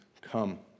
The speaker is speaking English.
come